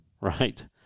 right